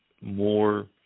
more